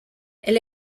elle